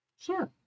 Sure